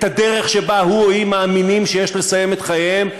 את הדרך שבה היא או הוא מאמינים שיש לסיים את חייהם,